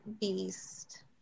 beast